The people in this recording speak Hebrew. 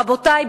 רבותי,